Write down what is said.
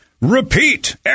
repeat